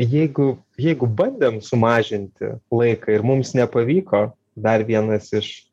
jeigu jeigu bandėm sumažinti laiką ir mums nepavyko dar vienas iš